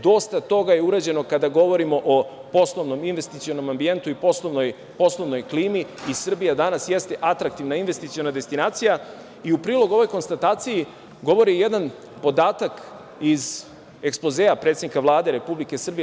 Dosta toga je urađeno kada govorimo o poslovnom, investicionom ambijentu i poslovnoj klimi i Srbija danas jeste atraktivna investiciona destinacija i u prilog ovoj konstataciji govori jedan podatak iz ekspozea predsednika Vlade Republike Srbije.